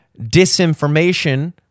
disinformation